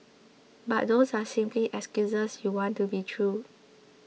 but those are simply excuses you want to be true